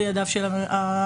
בידיו של הממונה,